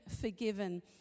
forgiven